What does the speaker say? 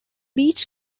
beach